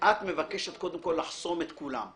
שאת מבקשת קודם כול לחסום את כולם.